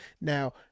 Now